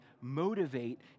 motivate